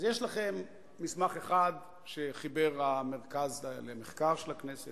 אז יש לכם מסמך אחד שחיבר המרכז למחקר של הכנסת,